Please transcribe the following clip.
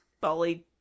Bullied